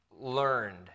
learned